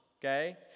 okay